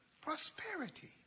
Prosperity